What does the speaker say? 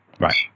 Right